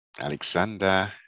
Alexander